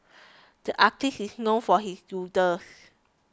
the artist is known for his doodles